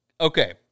Okay